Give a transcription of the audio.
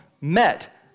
met